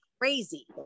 crazy